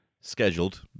scheduled